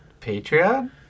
Patreon